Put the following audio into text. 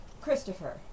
Christopher